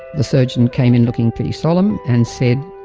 the surgeon came in looking pretty solemn and said,